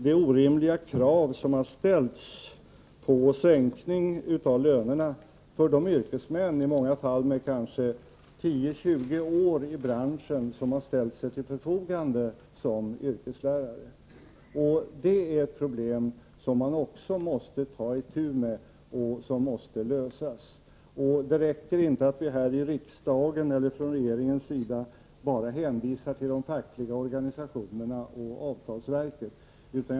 Det krav som har framförts på en sänkning av lönerna för de yrkesmän, i många fall med kanske 10-20 år i branschen, som har ställt sig till förfogande som yrkeslärare är orimligt. Det är ett problem som man måste ta itu med och som måste lösas. Det räcker inte att vi här i riksdagen eller att man från regeringens sida bara hänvisar till de fackliga organisationerna och avtalsverket.